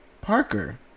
Parker